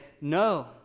No